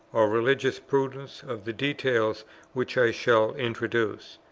or religious prudence, of the details which i shall introduce.